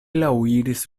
laŭiris